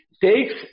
takes